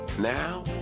Now